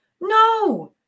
No